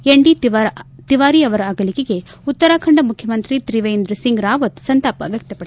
ND Tiwari ಅವರ ಅಗಲಿಕೆಗೆ ಉತ್ತರಾಖಂಡ್ ಮುಖ್ಯಮಂತ್ರಿ ತ್ರಿವೇಂದ್ರ ಸಿಂಗ್ ರಾವತ್ ಸಂತಾಪ ವ್ಲಕ್ತಪಡಿಸಿದ್ದಾರೆ